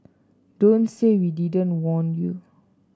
don't say we didn't warn you